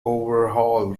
overhaul